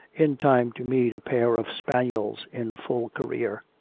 in time to meet a pair of spaniels in full career.